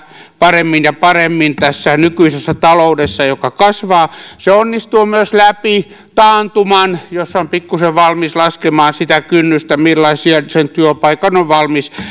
paremmin ja paremmin tässä nykyisessä taloudessa joka kasvaa se onnistuu myös läpi taantuman jos on pikkuisen valmis laskemaan sitä kynnystä millaisen työpaikan on valmis